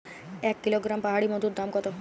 এক কিলোগ্রাম পাহাড়ী মধুর দাম কত?